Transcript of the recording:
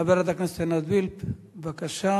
חברת הכנסת עינת וילף, בבקשה.